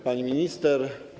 Pani Minister!